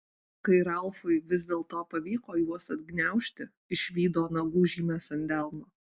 kai ralfui vis dėlto pavyko juos atgniaužti išvydo nagų žymes ant delno